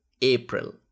April